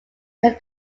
can